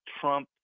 Trump